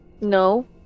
no